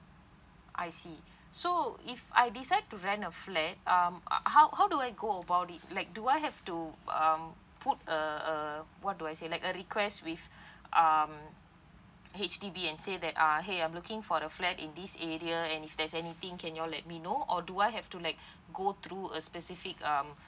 I see so if I decide to rent a flat um how how do I go about it like do I have to um put a a what do I say like a request with um H_D_B and say that uh !hey! I'm looking for the flat in this area and if there's anything can you all let me know or do I have to like go through a specific um